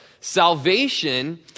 salvation